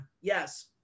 Yes